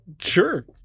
Sure